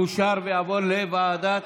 (הוראת שעה)